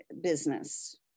business